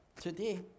today